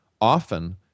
often